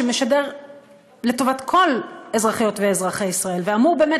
שמשדר לטובת כל אזרחיות ואזרחי ישראל ואמור באמת